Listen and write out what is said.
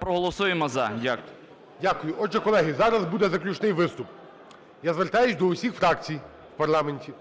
проголосуємо "за". Дякую. ГОЛОВУЮЧИЙ. Дякую. Отже, колеги, зараз буде заключний виступ. Я звертаюсь до усіх фракцій в парламенті,